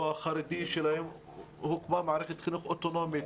או החרדי שלהם הוקמה מערכת חינוך אוטונומית.